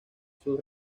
sus